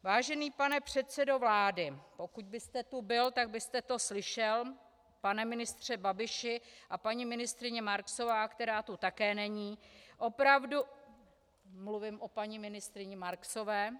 Vážený pane předsedo vlády, pokud byste tu byl, tak byste to slyšel, pane ministře Babiši a paní ministryně Marksová, která tu také není . Mluvím o paní ministryni Marksové.